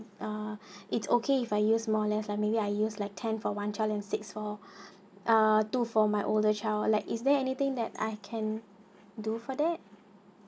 uh it's okay if I use more less like maybe I use like ten for one child and six for uh two for my older child like is there anything that I can do for that